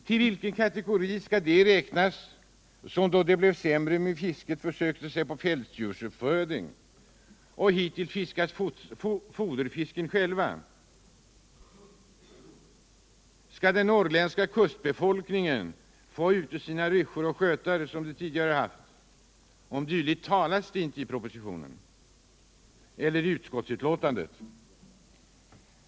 Till vilken kategori skall de räknas, som då det blev sämre med fisket försökte sig på pälsdjursuppfödning och hittills fiskat foderfisken själva? Skall den norrländska kustbefolkningen få ha ute sina ryssjor och skötar. som de tidigare haft? Om dylikt talas det inte alls i propositionen eller i utskottsbetänkandet.